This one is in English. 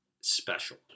special